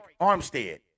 Armstead